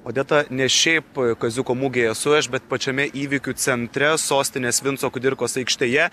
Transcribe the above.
odeta ne šiaip kaziuko mugėj esu aš bet pačiame įvykių centre sostinės vinco kudirkos aikštėje